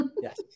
Yes